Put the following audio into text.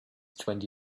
twenty